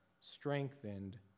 strengthened